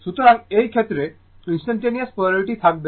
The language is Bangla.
সুতরাং এই ক্ষেত্রে ইনস্টানটানেওয়াস পোলারিটি থাকবে